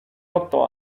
otto